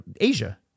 Asia